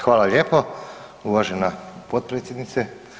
Hvala lijepo uvažena potpredsjednice.